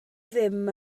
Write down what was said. ddim